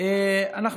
נתקבלה.